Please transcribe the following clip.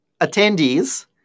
attendees